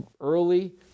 early